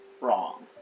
wrong